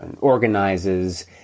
organizes